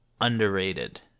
underrated